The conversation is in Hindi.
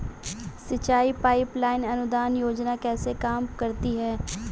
सिंचाई पाइप लाइन अनुदान योजना कैसे काम करती है?